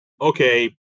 Okay